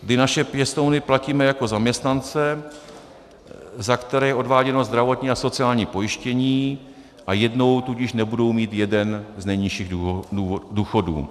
My naše pěstouny platíme jako zaměstnance, za které je odváděno zdravotní a sociální pojištění, a jednou tudíž nebudou mít jeden z nejnižších důchodů.